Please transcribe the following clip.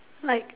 like